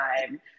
time